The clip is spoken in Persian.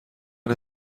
این